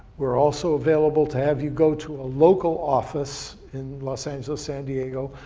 we're also available to have you go to a local office in los angeles, san diego,